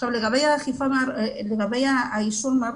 לגבי האישור,